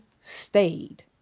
stayed